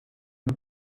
and